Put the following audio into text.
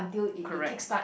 correct